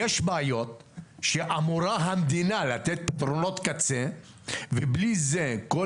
יש בעיות שאמורה המדינה לתת פתרונות קצה ובלי זה כל